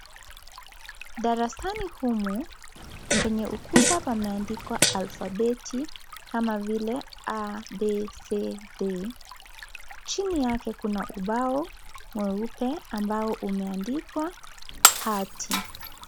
Darasani humu kwenye ukuta pameandikwa alfabeti kama vile A,B,C,D. Chini yake kuna ubao weupe ambao umeandikwa hati.